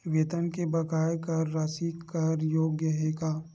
वेतन के बकाया कर राशि कर योग्य हे का?